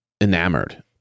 enamored